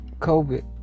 COVID